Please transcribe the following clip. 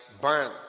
burn